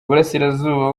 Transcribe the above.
burasirazuba